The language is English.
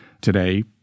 Today